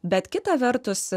bet kita vertus